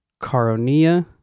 Caronia